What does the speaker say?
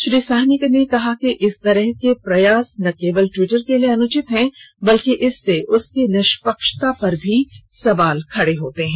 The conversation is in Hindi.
श्री साहनी ने कहा कि इस तरह के प्रयास न केवल ट्वीटर के लिए अनुचित हैं बल्कि इससे उसकी निष्पक्षता पर भी सवाल खड़े होते हैं